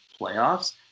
playoffs